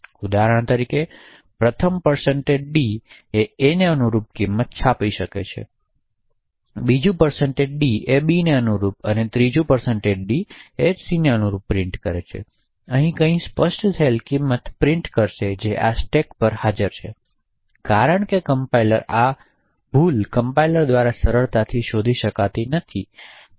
તેથી ઉદાહરણ તરીકે પ્રથમ d એ a ને અનુરૂપ કિંમત છાપી શકે છે બીજા d એ b ની કિંમત ત્રીજા d પ્રિન્ટ કરે છે અને અહીં કંઈ સ્પષ્ટ થયેલ કિમત પ્રિન્ટ કરશે જે આ સ્ટેકપર હાજર છે કારણ કે આ ભૂલ કમ્પાઇલર્સ દ્વારા સરળતાથી શોધી શકાતી નથી